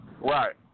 Right